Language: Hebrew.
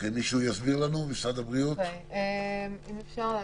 שני הדברים שחסרים לנו מאוד בחוק הזה זה שני הדברים האלה: הפרמטרים,